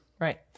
Right